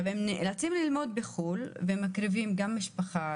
הם נאלצים ללמוד בחו"ל ומקריבים גם משפחה,